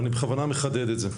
ואני בכוונה מחדד את זה.